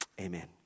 Amen